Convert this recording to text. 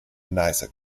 nicer